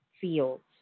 fields